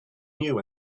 new